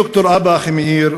ד"ר אבא אחימאיר,